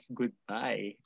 goodbye